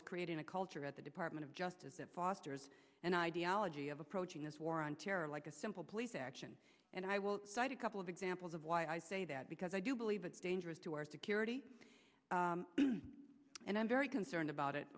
is creating a culture at the department of justice that fosters an ideology of approaching this war on terror like a simple police action and i will cite a couple of examples of why i say that because i do believe it's dangerous to our security and i'm very concerned about it